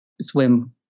swim